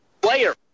player